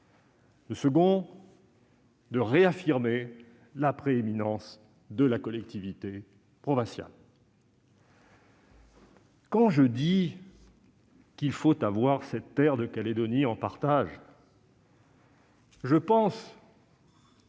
le second, à réaffirmer la prééminence de la collectivité provinciale. Quand je dis qu'il faut avoir cette terre de Calédonie en partage, je pense